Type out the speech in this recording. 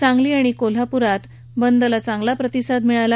सांगली आणि कोल्हापुरात ही बंदला चांगला प्रतिसाद मिळाला